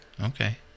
Okay